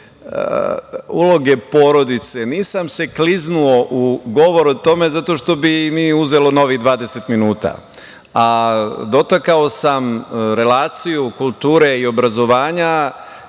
uloge porodice, nisam se kliznuo u govoru o tome, zato što bi mi uzelo novih dvadeset minuta, a dotakao sam relaciju kulture i obrazovanja